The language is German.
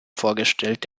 vorgestellt